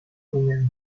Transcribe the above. húmedo